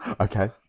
okay